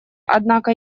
однако